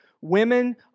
women